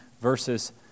verses